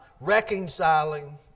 reconciling